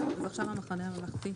ועכשיו "המחנה הממלכתי".